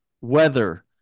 weather